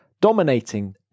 dominating